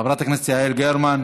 חברת הכנסת יעל גרמן,